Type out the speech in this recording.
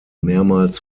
mehrmals